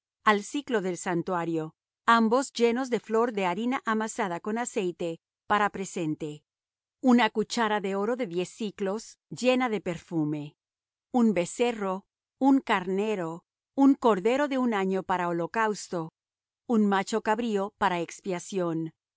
al siclo del santuario ambos llenos de flor de harina amasada con aceite para presente una cuchara de oro de diez siclos llena de perfume un becerro un carnero un cordero de un año para holocausto un macho cabrío para expiación